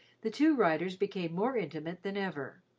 the two riders became more intimate than ever.